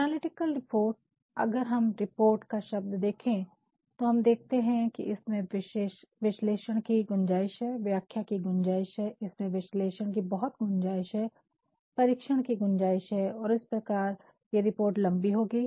analytical report अगर हम report का शब्द देखे तो हम देखते है कि इसमें विश्लेषण की गुंजाईश है व्याख्या की गुंजाईश है इसमें विश्लेषण की बहुत गुंजाईश है परीक्षण की गुंजाईश है और इस प्रकार ये रिपोर्ट लंबी होगी